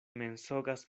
mensogas